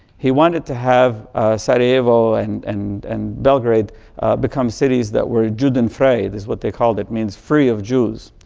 he wanted to have sarajevo and and and belgrade become cities that were juden fray, is what they called it. it means free of jews.